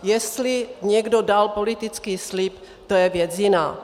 Jestli někdo dal politický slib, to je věc jiná.